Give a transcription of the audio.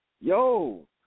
Yo